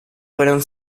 fueron